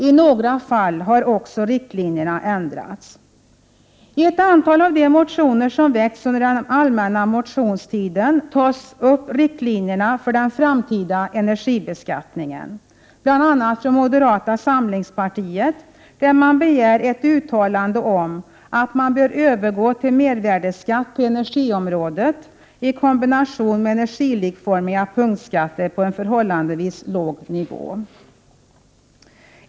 I några fall har också riktlinjerna ändrats. I ett antal av de motioner som väckts under den allmänna motionstiden tas riktlinjerna för den framtida energibeskattningen upp. Moderata samlingspartiet begär bl.a. ett uttalande om att man bör övergå till mervärdeskatt på energiområdet i kombination med energilikformiga punktskatter på en förhållandevis låg nivå.